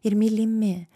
ir mylimi